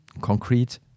concrete